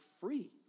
free